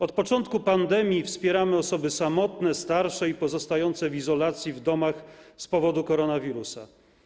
Od początku pandemii wspieramy osoby samotne, starsze i pozostające w izolacji w domach z powodu koronawirusa.